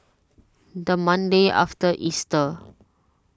the Monday after Easter